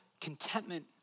contentment